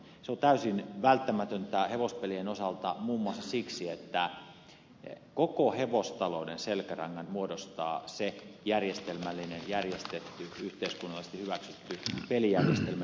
se on täysin välttämätöntä hevospelien osalta muun muassa siksi että koko hevostalouden selkärangan muo dostaa se järjestelmällinen järjestetty yhteiskunnallisesti hyväksytty pelijärjestelmä joka meillä on